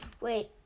Wait